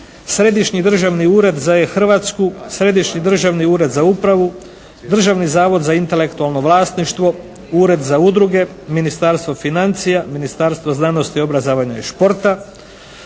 Središnji državni ured za E-Hrvatsku, Središnji državni ured za upravu, Državni zavod za intelektualno vlasništvo, Ured za udruge, Ministarstvo financija, Ministarstvo znanosti, obrazovanja i športa,